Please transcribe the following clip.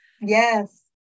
Yes